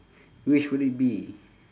which would it be